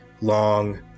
long